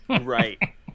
Right